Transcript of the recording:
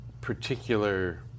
particular